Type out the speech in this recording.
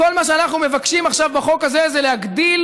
כל מה שאנחנו מבקשים עכשיו בחוק הזה זה להגדיל